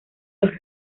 los